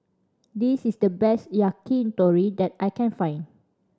this is the best Yakitori that I can find